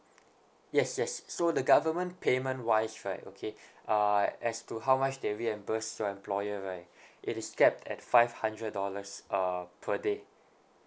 yes yes so the government payment wise right okay uh as to how much they reimburse your employer right it is capped at five hundred dollars uh per day